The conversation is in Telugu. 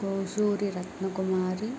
కోసూరి రత్నకుమారి